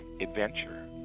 adventure